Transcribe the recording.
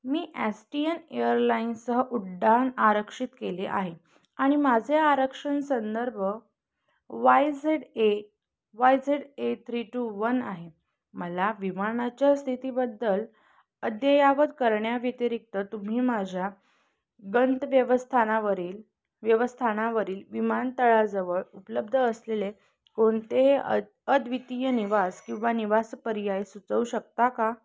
मी STN एअरलाईन्सह उड्डाण आरक्षित केले आहे आणि माझे आरक्षण संदर्भ Y Z A Y Z A three two one आहे मला विमानाच्या स्थितीबद्दल अद्ययावत करण्याव्यतिरिक्त तुम्ही माझ्या गंतव्यवस्थानावरील व्यवस्थानावरील विमानतळाजवळ उपलब्ध असलेले कोणते अ अद्वितीय निवास किंवा निवास पर्याय सुचवू शकता का